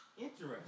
interesting